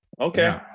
Okay